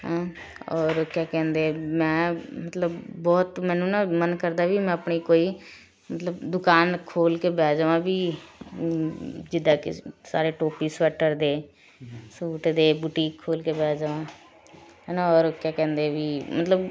ਔਰ ਕਿਆ ਕਹਿੰਦੇ ਮੈਂ ਮਤਲਬ ਬਹੁਤ ਮੈਨੂੰ ਨਾ ਮਨ ਕਰਦਾ ਵੀ ਮੈਂ ਆਪਣੀ ਕੋਈ ਮਤਲਬ ਦੁਕਾਨ ਖੋਲ੍ਹ ਕੇ ਬਹਿ ਜਾਵਾਂ ਵੀ ਜਿੱਦਾਂ ਕਿ ਸਾਰੇ ਟੋਪੀ ਸਵੈਟਰ ਦੇ ਸੂਟ ਦੇ ਬੂਟੀਕ ਖੋਲ੍ਹ ਕੇ ਬਹਿ ਜਾ ਹੈ ਨਾ ਔਰ ਕਿਆ ਕਹਿੰਦੇ ਵੀ ਮਤਲਬ